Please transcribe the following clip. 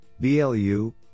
BLU